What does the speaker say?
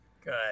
good